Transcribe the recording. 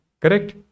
Correct